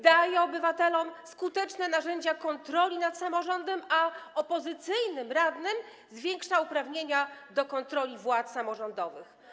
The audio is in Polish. daje obywatelom skuteczne narzędzia kontroli nad samorządem, a opozycyjnym radnym zwiększa uprawnienia do kontroli władz samorządowych.